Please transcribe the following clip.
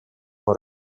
può